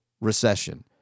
recession